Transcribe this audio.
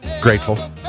Grateful